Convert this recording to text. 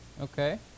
Okay